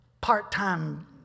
part-time